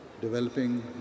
developing